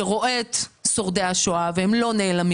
שרואה את שורדי השואה והם לא נעלמים